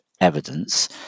evidence